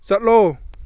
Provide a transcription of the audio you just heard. ꯆꯠꯂꯣ